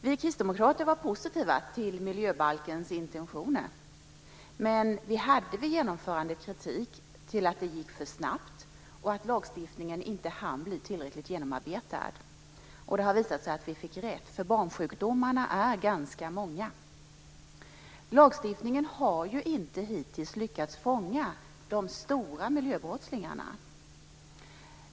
Vi kristdemokrater var positiva till miljöbalkens intentioner, men vi hade vid genomförandet kritik mot att det gick för snabbt och att lagstiftningen inte hann bli tillräckligt genomarbetad. Det har visat sig att vi fick rätt. Barnsjukdomarna är ganska många. Lagstiftningen har hittills inte lyckats fånga de stora miljöbrottslingarna.